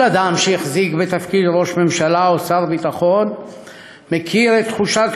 כל אדם שהחזיק בתפקיד ראש ממשלה או שר ביטחון מכיר את תחושת